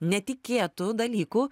netikėtų dalykų